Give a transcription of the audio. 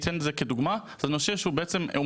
זה נושא שאני מלווה המון שנים,